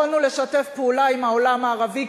יכולנו לשתף פעולה עם העולם הערבי,